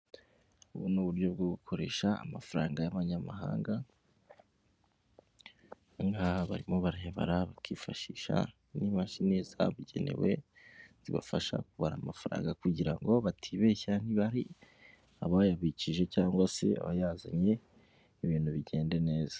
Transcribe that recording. Ubu ni uburyo bwo gukoresha amafaranga y'amanyamahanga, ahangaha barimo barayabara bakifashisha n'imashini zabugenewe zibafasha kubara amafaranga kugira ngo batibeshya niba hari abayabikije cyangwa se abayazanye ibintu bigende neza.